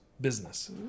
business